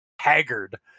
haggard